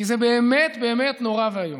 כי זה באמת באמת נורא ואיום.